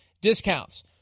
discounts